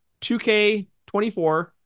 2K24